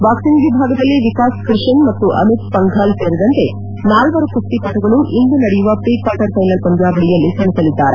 boxing ವಿಭಾಗದಲ್ಲಿ ವಿಕಾಸ್ ಕ್ರಿಷನ್ ಮತ್ತು ಅಮಿತ್ ಪಂಘಾಲ್ ಸೇರಿದಂತೆ ನಾಲ್ವರು ಕುಸ್ತಿಪಟುಗಳು ಇಂದು ನಡೆಯು ಪ್ರಿ ಕ್ವಾರ್ಟರ್ ಪೈನಲ್ ಪಂದ್ಯಾವಳಿಯಲ್ಲಿ ಸೆಣಸಲಿದ್ದಾರೆ